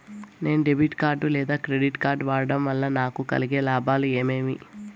నేను debit card లేదా credit card వాడడం వల్ల నాకు కలిగే లాభాలు ఏమేమీ?